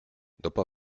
dopo